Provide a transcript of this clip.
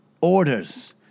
orders